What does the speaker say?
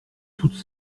toutes